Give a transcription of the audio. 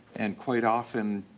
and quite often,